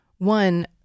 one